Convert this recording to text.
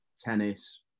tennis